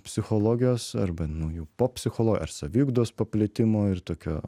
psichologijos arba nu jau pop psichologo ar saviugdos paplitimo ir tokio